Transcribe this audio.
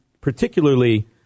particularly